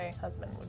husband